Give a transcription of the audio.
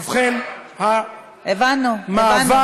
ובכן, המאבק, הבנו, הבנו.